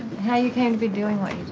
how you came to be doing what